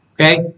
Okay